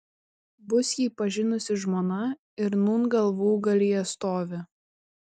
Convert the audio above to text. bus jį pažinus žmona ir nūn galvūgalyje stovi